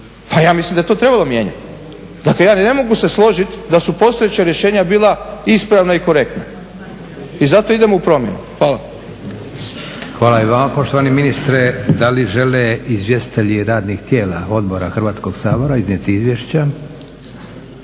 Pa ja mislim da je to trebalo mijenjati. Dakle, ja ne mogu se složiti da su postojeća rješenja bila ispravna i korektna. I zato idemo u promjenu. Hvala. **Leko, Josip (SDP)** Hvala i vama poštovani ministre. Da li žele izvjestitelji radnih tijela odbora Hrvatskog sabora iznijeti izvješća?